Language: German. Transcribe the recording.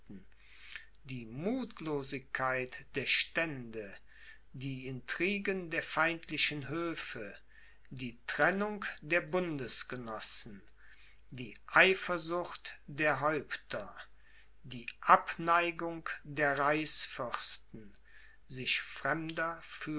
die muthlosigkeit der stände die intriguen der feindlichen höfe die trennung der bundesgenossen die eifersucht der häupter die abneigung der reichsfürsten sich